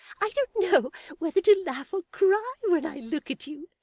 i don't know whether to laugh or cry when i look at you,